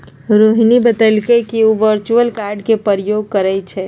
रोहिणी बतलकई कि उ वर्चुअल कार्ड के प्रयोग करई छई